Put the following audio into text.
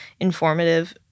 informative